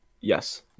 yes